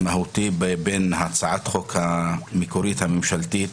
מהותי ביחס להצעת החוק המקורית הממשלתית,